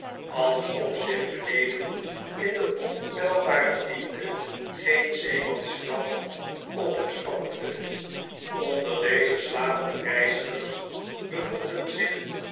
alsof zich beneden in de onpeilbare diepte geen zeemansgraf openspalkte onder deze slapende reizigers bevonden zich